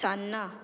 सान्ना